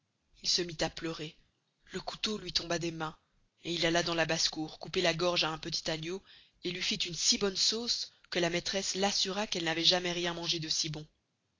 il se mit à pleurer le couteau luy tomba des mains et il alla dans la basse-cour couper la gorge à un petit agneau et luy fit une si bonne sausse que sa maistresse l'assura qu'elle n'avoit jamais rien mangé de si bon